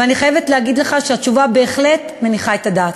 ואני חייבת להגיד לך שהתשובה בהחלט מניחה את הדעת.